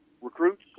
recruits